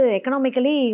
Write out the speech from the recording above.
economically